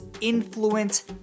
influence